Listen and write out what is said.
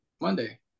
Monday